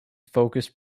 focused